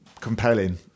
compelling